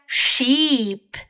sheep